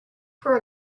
for